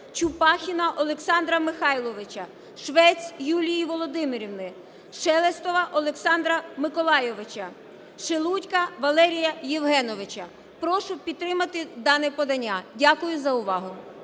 Прошу підтримати дане подання. Дякую за увагу.